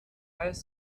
high